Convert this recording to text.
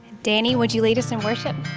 danny, would you lead us in worship?